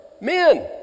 men